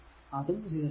അതും 0 ആകും